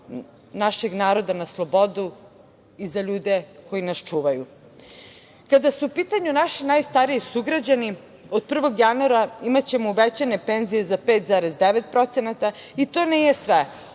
našeg naroda na slobodu i za ljude koji nas čuvaju. Kada su pitanju naši najstariji sugrađani, od 1. januara imaćemo uvećane penzije za 5,9% i to nije sve.